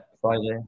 Friday